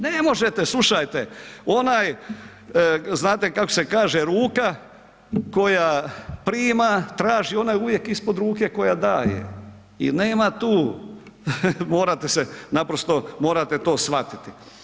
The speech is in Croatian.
Ne možete, slušajte, onaj, znate kako se kaže ruka koja prima, traži, ona je uvijek ispod ruke koja daje i nema tu, morate se naprosto, morate to shvatiti.